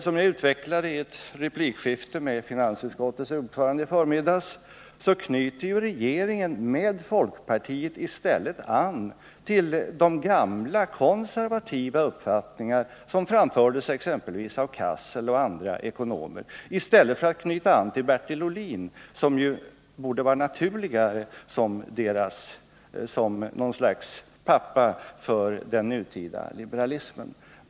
Som ni utvecklade i ert replikskifte med finansutskottets ordförande i förmiddags knyter regeringen med folkpartiet an till de gamla konservativa uppfattningar som framfördes av exempelvis Cassel och andra ekonomer, i stället för att knyta an till idéer av Bertil Ohlin, som borde vara naturligare som något slags pappa för den nutida liberalismen.